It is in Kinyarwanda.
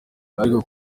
ariko